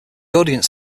audience